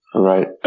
right